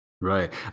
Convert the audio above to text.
Right